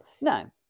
no